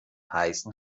heißen